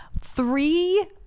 Three